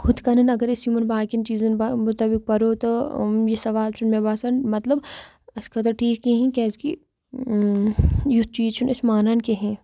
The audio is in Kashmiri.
ہُتھ کَنۍ اگر أسۍ یِمَن باقٕیَن چیٖزَن بَ مُطٲبِق پَرو تہٕ یہِ سوال چھُنہٕ مےٚ باسان مطلب اَسہِ خٲطرٕ ٹھیٖک کِہیٖنۍ کیٛازِکہِ یُتھ چیٖز چھُنہٕ أسۍ مانان کہینۍ